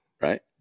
right